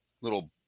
little